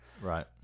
Right